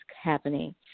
happening